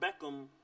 beckham